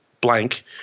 blank